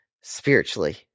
spiritually